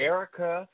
Erica